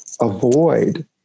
avoid